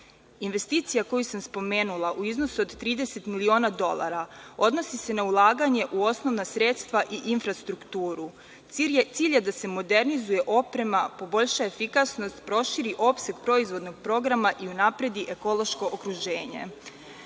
Investicija koju sam spomenula u iznosu od 30 miliona dolara odnosi se na ulaganje u osnovna sredstva i infrastrukturu. Cilj je da se modernizuje oprema, poboljša efikasnost, proširi opseg proizvodnog programa i unapredi ekološko okruženje. Dolazak